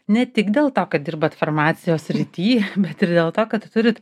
ne tik dėl to kad dirbat farmacijos srity bet ir dėl to kad turit